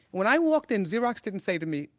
when i walked in, xerox didn't say to me,